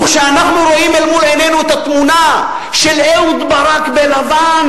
וכשאנחנו רואים אל מול עינינו את התמונה של אהוד ברק בלבן,